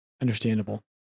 understandable